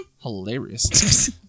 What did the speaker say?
hilarious